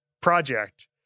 project